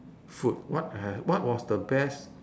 food what uh what was the best